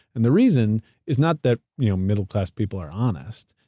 and the reason is not that you know middle class people are honest,